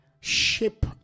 shape